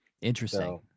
interesting